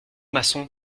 maçon